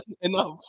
Enough